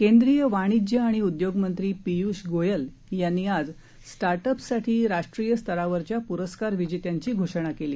केंद्रीय वाणिज्य आणि उद्योग मंत्री पियुष गोयल यांनी आज स्टार्ट अप्ससाठी राष्ट्रीय स्तरावरच्या प्रस्कार विजेत्यांची घोषणा केली